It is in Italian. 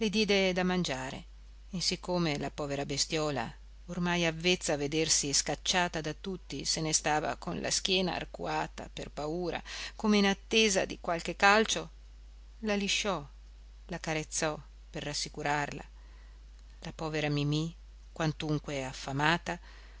da mangiare e siccome la povera bestiola ormai avvezza a vedersi scacciata da tutti se ne stava con la schiena arcuata per paura come in attesa di qualche calcio la lisciò la carezzò per rassicurarla la povera mimì quantunque affamata